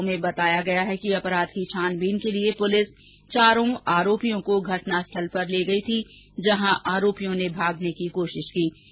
खबरों में बताया गया है कि अपराध की छानबीन के लिए पुलिस चारो आरोपियों को घटनास्थल पर ले गई थी जहां आरोपियों ने भागने की कोशिश की